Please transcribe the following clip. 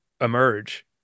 emerge